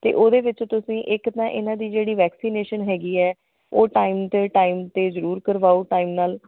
ਅਤੇ ਉਹਦੇ ਵਿੱਚ ਤੁਸੀਂ ਇੱਕ ਤਾਂ ਇਹਨਾਂ ਦੀ ਜਿਹੜੀ ਵੈਕਸੀਨੇਸ਼ਨ ਹੈਗੀ ਹੈ ਉਹ ਟਾਈਮ 'ਤੇ ਟਾਈਮ 'ਤੇ ਜ਼ਰੂਰ ਕਰਵਾਓ ਟਾਈਮ ਨਾਲ